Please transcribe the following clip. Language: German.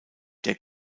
der